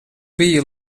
biji